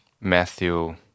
Matthew